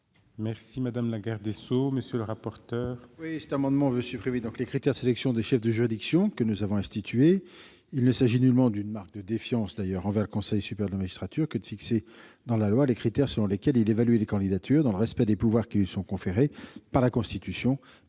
est à Mme la garde des sceaux. Monsieur le rapporteur,